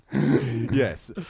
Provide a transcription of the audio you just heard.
Yes